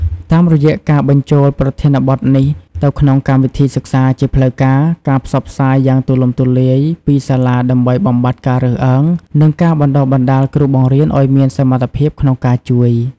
តាមរយៈការបញ្ចូលប្រធានបទនេះទៅក្នុងកម្មវិធីសិក្សាជាផ្លូវការ ការផ្សព្វផ្សាយយ៉ាងទូលំទូលាយពីសាលាដើម្បីបំបាត់ការរើសអើង និងការបណ្ដុះបណ្ដាលគ្រូបង្រៀនឱ្យមានសមត្ថភាពក្នុងការជួយ។